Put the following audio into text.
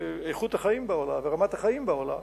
שאיכות החיים בה עולה ורמת החיים בה עולה